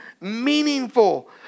meaningful